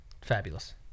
Fabulous